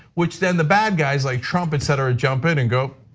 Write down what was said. which then the bad guys like trump, etc jump in and go,